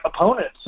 opponents